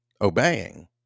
obeying